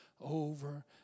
Over